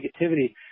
negativity